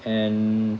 and